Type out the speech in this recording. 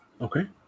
Okay